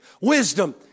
Wisdom